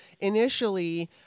initially